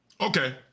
Okay